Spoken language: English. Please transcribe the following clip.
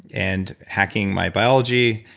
and hacking my biology,